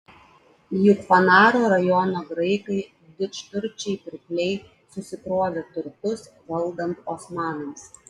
juk fanaro rajono graikai didžturčiai pirkliai susikrovė turtus valdant osmanams